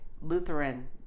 Lutheran